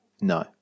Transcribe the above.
No